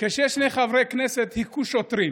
כששני חברי כנסת הכו שוטרים